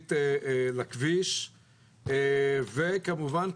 ומערבית לכביש וכמובן,